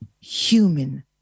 human